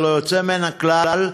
ללא יוצא מן הכלל,